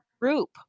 group